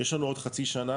יש לנו עוד חצי שנה,